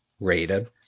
rated